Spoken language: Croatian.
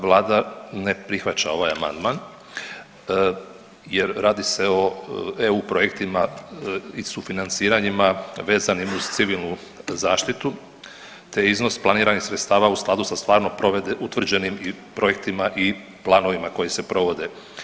Vlada ne prihvaća ovaj amandman jer radi se o EU projektima i sufinanciranjima vezanim uz civilnu zaštitu te iznos planiranih sredstava u skladu sa stvarno utvrđenim projektima i planovima koji se provode.